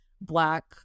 black